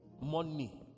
Money